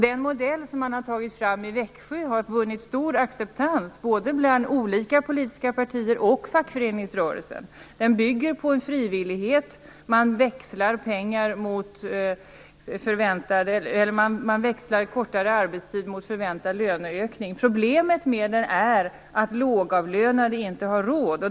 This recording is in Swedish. Den modell som man har tagit fram i Växjö har vunnit stor acceptans bland olika politiska partier och fackföreningsrörelsen. Den bygger på frivillighet. Man växlar kortare arbetstid mot förväntad löneökning. Problemet med den är att lågavlönade inte har råd.